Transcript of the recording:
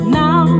now